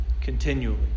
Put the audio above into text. continually